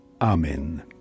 amen